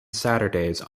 saturdays